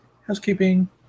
housekeeping